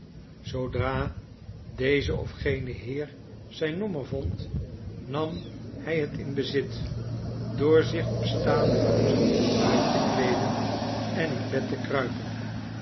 zoodra deze of gene heer zijn nommer vond nam hy het in bezit door zieh op staanden voet uit te kleeden en in bed te kruipen